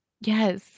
yes